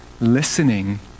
Listening